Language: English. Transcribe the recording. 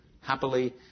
happily